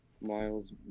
Miles